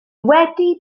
wedi